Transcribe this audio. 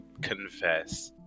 confess